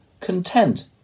content